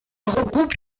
regroupe